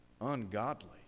ungodly